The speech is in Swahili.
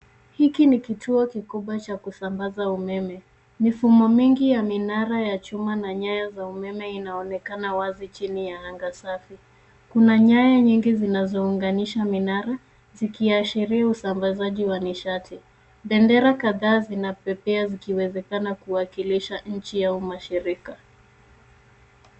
Hiki ni kituo kikubwa cha kusambaza umeme. Mifumo mingi ya minara ya chuma na nyaya za umeme inaonekana wazi chini ya anga safi. Kuna nyaya nyingi zinazounganisha minara zikiashiria usambazaji wa nishati. Bendera kadhaa zinapepea zikiwezekana kuashiria nchi au mashirika.